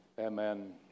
Amen